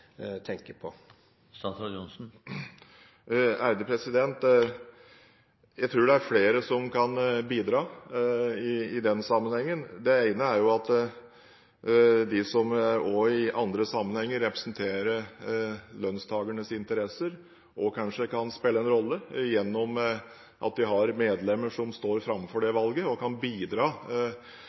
tenker på? Jeg tror det er flere som kan bidra i den sammenhengen. Det ene er at de som også i andre sammenhenger representerer lønnstakernes interesser, kanskje kan spille en rolle gjennom at de har medlemmer som står foran det valget, og at de kan bidra